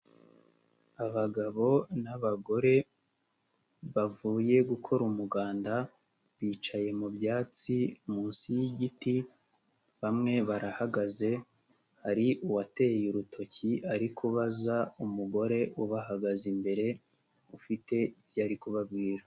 Abagabo n'abagore bavuye gukora umuganda bicaye mu byatsi munsi y'igiti, bamwe barahagaze hari uwateye urutoki ari kubaza umugore ubahagaze imbere ufite ibyo ari kubabwira.